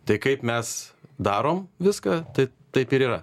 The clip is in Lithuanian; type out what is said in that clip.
tai kaip mes darom viską tai taip ir yra